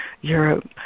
Europe